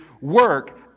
work